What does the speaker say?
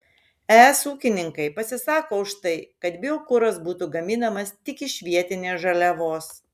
es ūkininkai pasisako už tai kad biokuras būtų gaminamas tik iš vietinės žaliavos